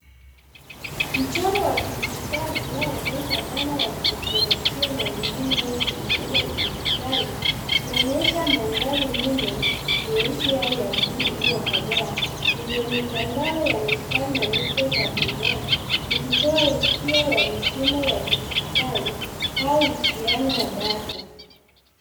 Mchoro ya kidijitali unayoonyesha dhana ya kiteknolojia na elimu au kujifunza kidijitali unaonyesha mandhari nyuma nyeusi au ya bluu iliyokolea yenye mitandao ya mistari na nukta za kungaa ikitoa hisia ya mifumo ya kidijitali au uhusiano wa data.